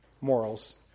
morals